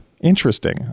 Interesting